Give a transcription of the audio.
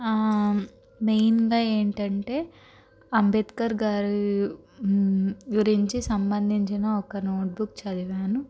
మెయిన్గా ఏంటంటే అంబేద్కర్ గారి గురించి సంబంధించిన ఒక నోట్బుక్ చదివాను